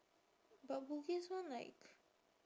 but bugis one like